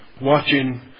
watching